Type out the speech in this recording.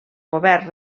govern